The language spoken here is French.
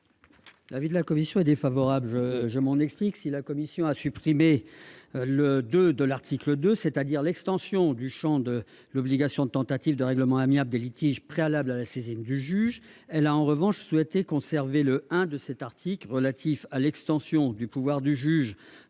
l'avis de la commission ? Si la commission a supprimé le II de l'article 2, c'est-à-dire l'extension du champ de l'obligation de tentative de règlement amiable des litiges préalable à la saisine du juge, elle a en revanche souhaité conserver le I de cet article relatif à l'extension du pouvoir du juge